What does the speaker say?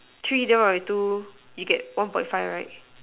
three divided by two you get one point five right